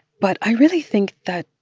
but i really think that,